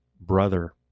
brother